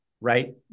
right